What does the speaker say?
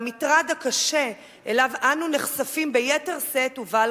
והמטרד הקשה שאליו אנו נחשפים ביתר שאת ובעל